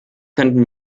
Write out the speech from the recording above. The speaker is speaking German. könnten